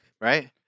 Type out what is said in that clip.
right